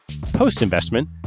Post-investment